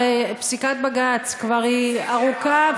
הרי פסיקת בג"ץ כבר היא ארוכה,